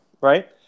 right